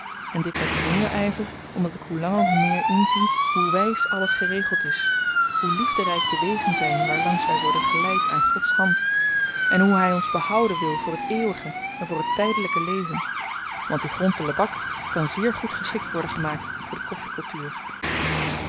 en dit met te meer yver omdat ik hoe langer hoe meer inzie hoe wys alles geregeld is hoe liefderyk de wegen zyn waarlangs wij worden geleid aan gods hand en hoe hy ons behouden wil voor het eeuwige en voor het tydelyke leven want die grond te lebak kan zeer goed geschikt worden gemaakt voor de